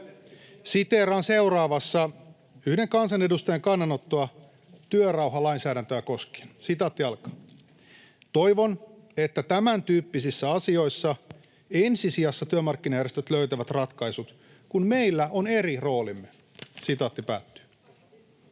Siteeraan seuraavassa yhden kansanedustajan kannanottoa työrauhalainsäädäntöä koskien: "Toivon, että tämän tyyppisissä asioissa ensisijaisesti työmarkkinajärjestöt löytävät ratkaisut, kun meillä on eri roolimme." Näin